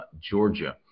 Georgia